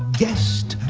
guest,